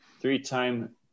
Three-time